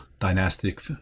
dynastic